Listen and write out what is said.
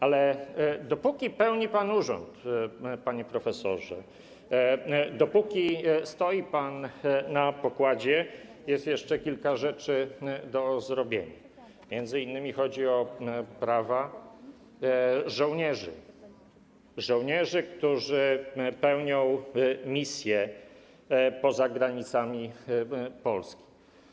Ale dopóki pełni pan urząd, panie profesorze, dopóki stoi pan na pokładzie, jest jeszcze kilka rzeczy do zrobienia, m.in. chodzi o prawa żołnierzy, którzy pełnią misje poza granicami Polski.